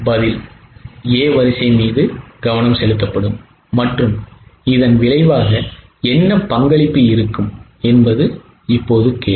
பதில் A வரிசை மீது கவனம் செலுத்தப்படும் மற்றும் இதன் விளைவாக என்ன பங்களிப்பு இருக்கும் என்பது இப்போது கேள்வி